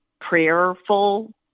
prayerful